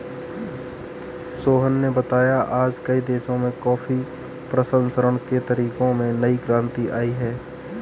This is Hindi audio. सोहन ने बताया आज कई देशों में कॉफी प्रसंस्करण के तरीकों में नई क्रांति आई है